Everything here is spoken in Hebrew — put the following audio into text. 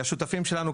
השותפים שלנו,